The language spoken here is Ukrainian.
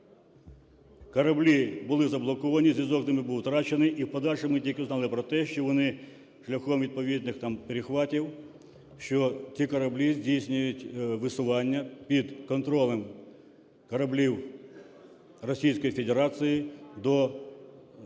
Кораблі були заблоковані, зв'язок з ними був втрачений, і в подальшому тільки взнали про те, що вони шляхом відповідних там перехватів, що ті кораблі здійснюють висування під контролем кораблів Російської Федерації, поки